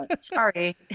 Sorry